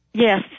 Yes